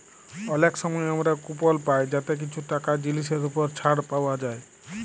অলেক সময় আমরা কুপল পায় যাতে কিছু টাকা জিলিসের উপর ছাড় পাউয়া যায়